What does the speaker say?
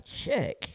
check